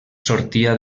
sortia